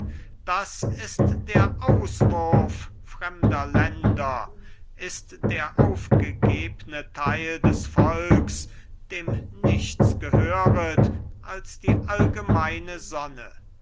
das ist der auswurf fremder länder ist der aufgegebne teil des volks dem nichts gehöret als die allgemeine sonne